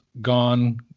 gone